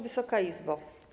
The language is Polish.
Wysoka Izbo!